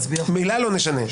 מילה לא נשנה.